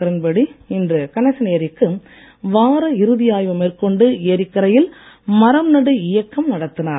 கிரண்பேடி இன்று கனகன் ஏரிக்கு வார இறுதி ஆய்வு மேற்கொண்டு ஏரிக்கரையில் மரம்நடு இயக்கம் நடத்தினார்